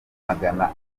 magama